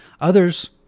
Others